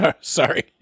Sorry